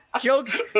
Jokes